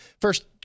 first